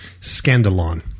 scandalon